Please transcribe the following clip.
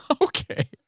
Okay